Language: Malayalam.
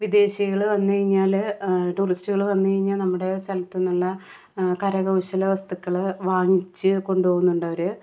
വിദേശികൾ വന്ന് കഴി ഞ്ഞാൽ ടൂറിസ്റ്റുൾ വന്ന് കഴിഞ്ഞാൽ നമ്മുടെ സ്ഥലത്ത് നിന്നുള്ള കരകൗശല വസ്തുക്കൾ വാങ്ങിച്ച് കൊണ്ടുപോകുന്നുണ്ട് അവർ